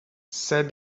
said